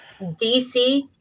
DC